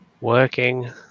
working